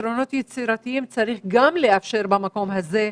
פתרונות יצירתיים צריך גם לאפשר במקום הזה,